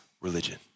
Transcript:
religion